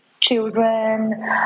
children